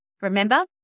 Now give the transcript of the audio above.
Remember